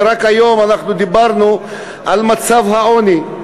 ורק היום אנחנו דיברנו על מצב העוני.